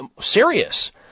serious